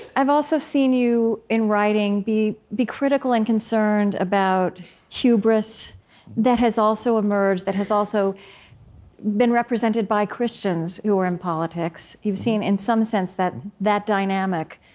i've also seen you in writing be be critical and concerned about hubris that has also emerged, that has also been represented by christians who are in politics. you've seen, in some sense, that that dynamic.